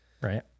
Right